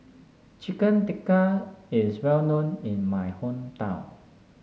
Chicken Tikka is well known in my hometown